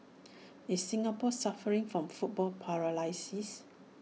is Singapore suffering from football paralysis